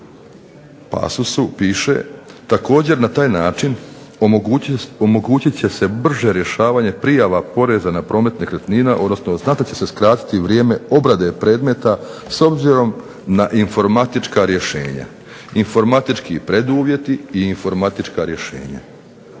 pasusu piše, također na taj način omogućit će se brže rješavanje prijava poreza na promet nekretnina, odnosno znatno će se skratiti vrijeme obrade predmeta s obzirom na informatička rješenja. Informatički preduvjeti i informatička rješenja